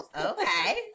okay